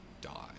die